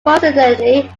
coincidentally